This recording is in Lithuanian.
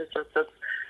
visas tas